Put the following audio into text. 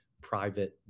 private